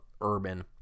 Urban